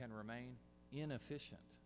can remain inefficient